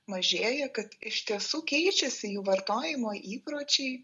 mažėja kad iš tiesų keičiasi jų vartojimo įpročiai